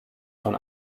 von